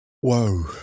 whoa